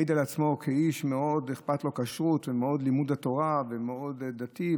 מעיד על עצמו כאיש שמאוד אכפת לו כשרות ומאוד לימוד התורה ומאוד דתי,